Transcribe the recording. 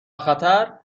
خطر